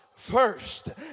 First